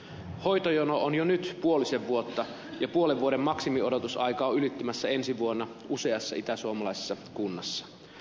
hoitojono on jo nyt puolisen vuotta ja puolen vuoden maksimiodotusaika on ylittymässä ensi vuonna useassa itäsuomalaisessa kunnassa